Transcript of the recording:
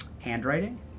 handwriting